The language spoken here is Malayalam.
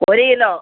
ഒരു കിലോ